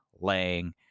laying